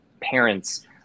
parents